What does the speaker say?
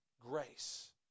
grace